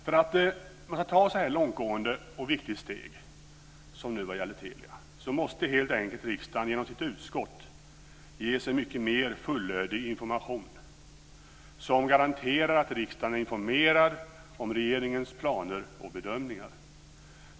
För att ta ett så långtgående och viktigt steg, som nu vad gäller Telia, måste riksdagen helt enkelt genom sitt utskott ges en mycket mer fullödig information som garanterar att riksdagen är informerad om regeringens planer och bedömningar.